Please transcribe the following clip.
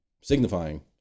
signifying